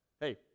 hey